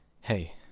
Hey